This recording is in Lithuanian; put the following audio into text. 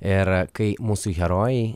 ir kai mūsų herojai